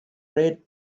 red